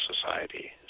society